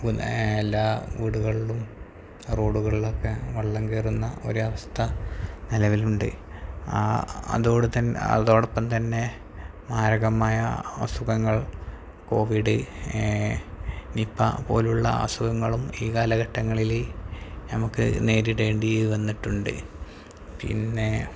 എല്ലാ വീടുകളിലും റോഡുകളിലൊക്കെ വെള്ളം കയറുന്ന ഒരവസ്ഥ നിലവിലുണ്ട് അതോടൊപ്പം തന്നെ മാരകമായ അസുഖങ്ങൾ കോവിഡ് നിപ്പ പോലുള്ള അസുഖങ്ങളും ഈ കാലഘട്ടങ്ങളില് നമ്മള്ക്ക് നേരിടേണ്ടി വന്നിട്ടുണ്ട് പിന്നെ